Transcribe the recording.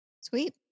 Sweet